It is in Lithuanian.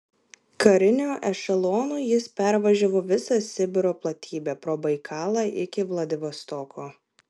kariniu ešelonu jis pervažiavo visą sibiro platybę pro baikalą iki vladivostoko